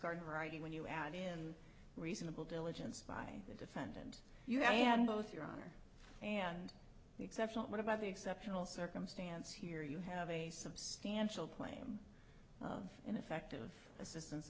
writing when you add in reasonable diligence by the defendant you had both your honor and the exceptional but about the exceptional circumstance here you have a substantial plame ineffective assistance